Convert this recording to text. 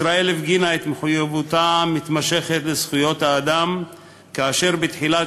ישראל הפגינה את מחויבותה המתמשכת לזכויות האדם כאשר בתחילת